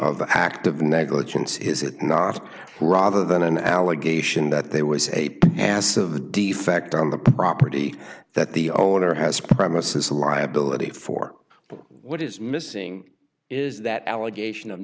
the act of negligence is it not rather than an allegation that there was a mass of the defect on the property that the owner has premises liability for what is missing is that allegation